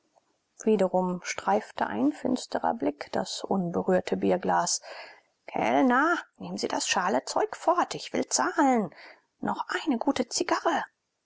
wiederum streifte ein finstrer blick das unberührte bierglas kellner nehmen sie das schale zeug fort ich will zahlen noch eine gute zigarre